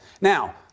Now